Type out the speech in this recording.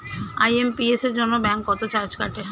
IMPS এর জন্য bank কত চার্জ কাটে?